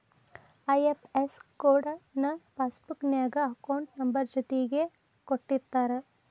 IFS code ನ passbook ನ್ಯಾಗ account number ಜೊತಿಗೆ ಕೊಟ್ಟಿರ್ತಾರ